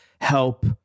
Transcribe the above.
help